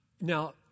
Now